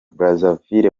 brazzaville